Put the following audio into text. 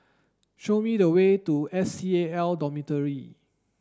show me the way to S C A L Dormitory